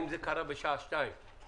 אם זה קרה בשעה 14:00